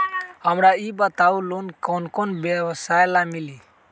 हमरा ई बताऊ लोन कौन कौन व्यवसाय ला मिली?